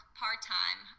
part-time